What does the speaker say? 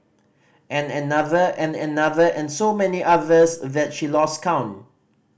and another and another and so many others that she lost count